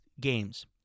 games